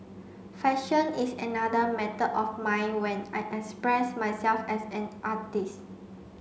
fashion is another method of mine when I express myself as an artist